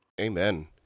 Amen